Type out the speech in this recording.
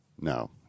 No